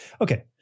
Okay